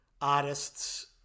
artists